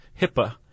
HIPAA